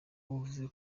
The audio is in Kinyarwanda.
uvuze